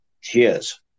Cheers